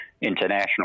international